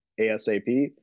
ASAP